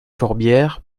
corbière